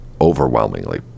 overwhelmingly